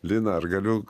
lina ar galiu